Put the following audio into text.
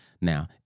Now